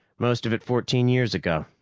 most of it fourteen years ago.